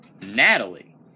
Natalie